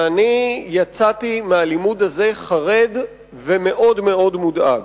ויצאתי מהלימוד הזה חרד ומאוד מודאג.